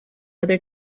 other